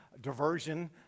Diversion